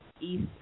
East